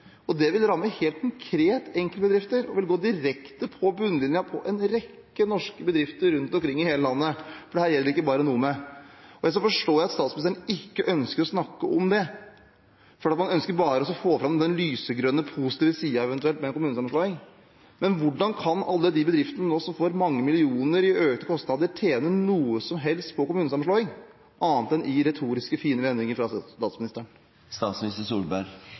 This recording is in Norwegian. Det vil ramme enkeltbedrifter helt konkret og gå direkte på bunnlinja til en rekke norske bedrifter rundt omkring i hele landet, for dette gjelder ikke bare Nome. Jeg forstår at statsministeren ikke ønsker å snakke om det, for man ønsker bare å få fram den lysegrønne, positive siden ved en eventuell kommunesammenslåing. Men hvordan kan alle de bedriftene som nå får mange millioner i økte kostnader, tjene noe som helst på kommunesammenslåing, annet enn i retorisk fine vendinger fra